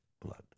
blood